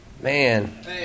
Man